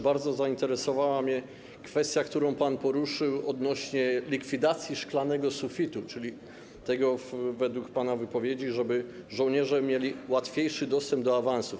Bardzo zainteresowała mnie kwestia, którą pan poruszył, odnośnie do likwidacji szklanego sufitu, czyli kwestia tego, według pana wypowiedzi, żeby żołnierze mieli łatwiejszy dostęp do awansów.